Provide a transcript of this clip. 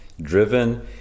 driven